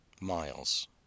miles